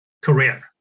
career